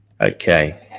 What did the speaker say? Okay